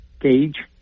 gauge